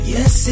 Yes